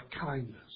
kindness